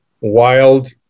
wild